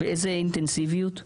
באיזו אינטנסיביות?